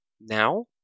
now